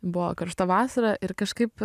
buvo karšta vasara ir kažkaip